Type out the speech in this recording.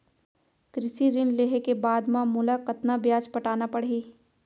कृषि ऋण लेहे के बाद म मोला कतना ब्याज पटाना पड़ही?